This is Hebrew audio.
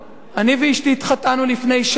התחתנו לפני שנה,